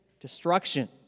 destruction